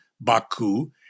Baku